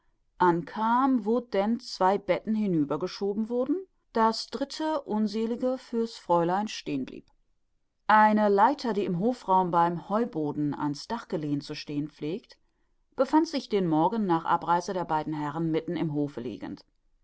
ankam wo denn zwei betten hinüber geschoben wurden das dritte unglückselige für's fräulein stehen blieb der hausknecht hat noch folgende selbstständige erklärung abzulegen eine leiter die im hofraum beim heuboden an's dach gelehnt zu stehen pflegt befand sich den morgen nach abreise der beiden herren mitten im hofe liegend